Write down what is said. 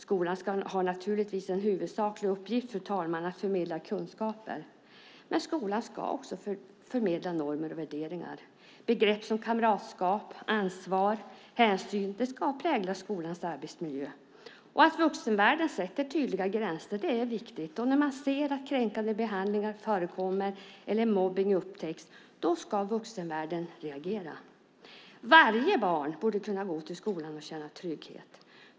Skolan har naturligtvis som huvudsaklig uppgift, fru talman, att förmedla kunskaper. Men skolan ska också förmedla normer och värderingar. Begrepp som kamratskap, ansvar och hänsyn ska prägla skolans arbetsmiljö. Och det är viktigt att vuxenvärlden sätter tydliga gränser. När man ser att kränkande behandlingar förekommer eller när mobbning upptäcks ska vuxenvärlden reagera. Varje barn borde kunna gå till skolan och känna trygghet.